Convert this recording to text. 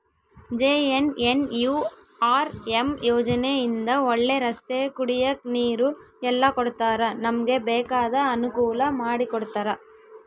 JNNURM ಯೋಜನೆ ಇಂದ ಒಳ್ಳೆ ರಸ್ತೆ ಕುಡಿಯಕ್ ನೀರು ಎಲ್ಲ ಕೊಡ್ತಾರ ನಮ್ಗೆ ಬೇಕಾದ ಅನುಕೂಲ ಮಾಡಿಕೊಡ್ತರ